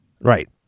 Right